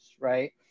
right